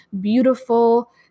beautiful